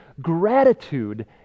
gratitude